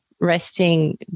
resting